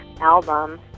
album